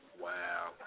Wow